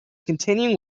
continuing